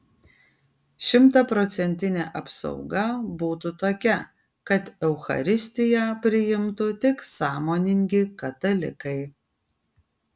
šimtaprocentinė apsauga būtų tokia kad eucharistiją priimtų tik sąmoningi katalikai